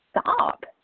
stop